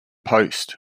post